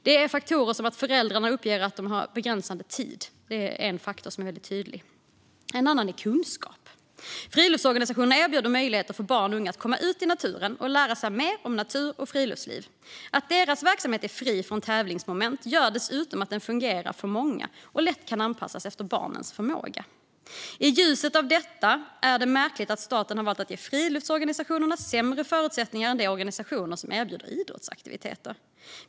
Det handlar om faktorer som att föräldrar uppger att de har begränsat med tid. Det är en faktor som är väldigt tydlig. En annan är kunskap. Friluftsorganisationerna erbjuder möjligheter för barn och unga att komma ut i naturen och lära sig mer om natur och friluftsliv. Att deras verksamhet är fri från tävlingsmoment gör dessutom att den fungerar för många och lätt kan anpassas efter barnens förmåga. I ljuset av detta är det märkligt att staten har valt att ge friluftsorganisationerna sämre förutsättningar än de organisationer som erbjuder idrottsaktiviteter.